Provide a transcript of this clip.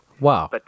Wow